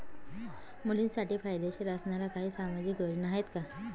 मुलींसाठी फायदेशीर असणाऱ्या काही सामाजिक योजना आहेत का?